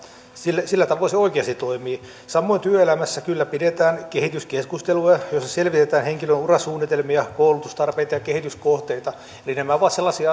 sillä sillä tavoin se oikeasti toimii samoin työelämässä kyllä pidetään kehityskeskusteluja joissa selvitetään henkilön urasuunnitelmia koulutustarpeita ja kehityskohteita nämä ovat sellaisia